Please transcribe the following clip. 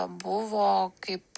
buvo kaip